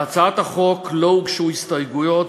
להצעת החוק לא הוגשו הסתייגויות,